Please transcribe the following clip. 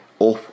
up